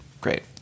great